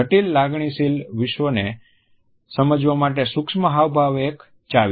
જટિલ લાગણીશીલ વિશ્વને સમજવા માટે સૂક્ષ્મ હાવભાવ એ એક ચાવી છે